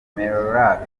afata